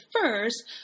first